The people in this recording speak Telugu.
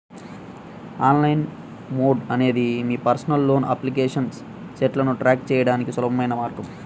ఆన్లైన్ మోడ్ అనేది మీ పర్సనల్ లోన్ అప్లికేషన్ స్టేటస్ను ట్రాక్ చేయడానికి సులభమైన మార్గం